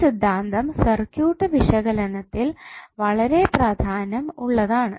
ഈ സിദ്ധാന്തം സർക്യൂട്ട് വിശകലനത്തിൽ വളരെ പ്രധാനം ഉള്ളതാണ്